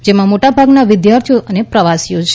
જેમાં મોટાભાગના વિદ્યાર્થીઓ અને પ્રવાસીઓ છે